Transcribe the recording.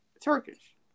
Turkish